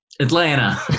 Atlanta